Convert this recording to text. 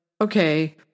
okay